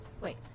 Wait